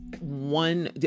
one